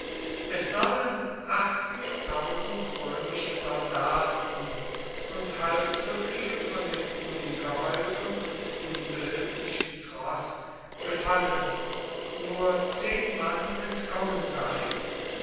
es sollen römische soldaten und halb soviel von dem ungeheuren und unbehilflichen troß gefallen nur zehn mann entkommen sein